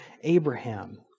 Abraham